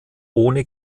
ohne